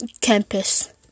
campus